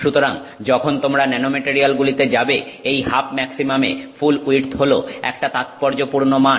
সুতরাং যখন তোমরা ন্যানোমেটারিয়ালগুলিতে যাবে এই হাফ ম্যাক্সিমামে ফুল উইডথ হল একটা তাৎপর্যপূর্ণ মান